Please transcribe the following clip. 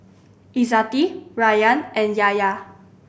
Izzati Rayyan and Yahya